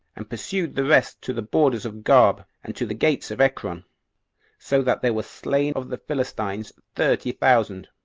and pursued the rest to the borders of garb, and to the gates of ekron so that there were slain of the philistines thirty thousand,